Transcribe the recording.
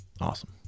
Awesome